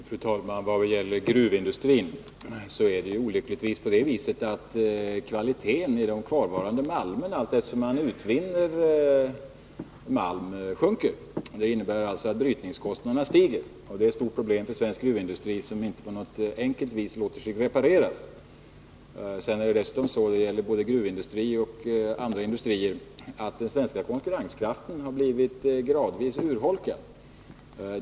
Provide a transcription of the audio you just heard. Fru talman! Vad gäller gruvindustrin är det olyckligtvis så att kvaliteten på de kvarvarande malmer som utvinns sjunker. Det innebär alltså att brytningskostnaderna stiger, och det är ett stort problem för svensk gruvindustri, ett problem som inte på ett enkelt sätt låter sig lösas. Dessutom ” har den svenska konkurrenskraften, både inom gruvindustrin och inom andra industrier, gradvis urholkats.